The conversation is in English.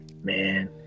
man